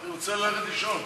אני רוצה ללכת לישון.